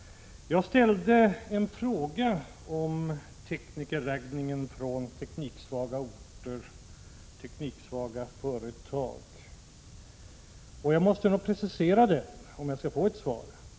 Jag ställde en fråga om teknikerraggningen från tekniksvaga orter och företag. Jag måste tydligen precisera mig, om jag skall kunna få ett svar.